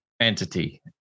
entity